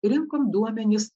rinkom duomenis